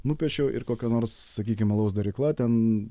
nupiešiau ir kokia nors sakykim alaus darykla ten